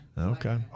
Okay